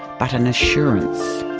but an assurance